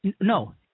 no